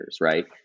right